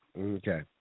Okay